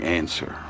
answer